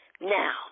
Now